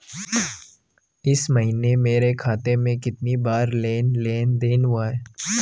इस महीने मेरे खाते में कितनी बार लेन लेन देन हुआ है?